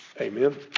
Amen